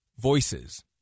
voices